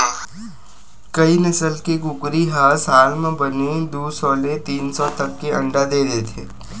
कइ नसल के कुकरी ह साल म बने दू सौ ले तीन सौ तक के अंडा दे देथे